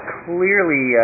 clearly